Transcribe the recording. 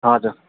हजुर